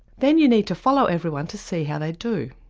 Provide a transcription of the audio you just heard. then you need to follow everyone to see how they do.